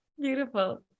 Beautiful